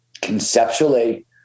conceptually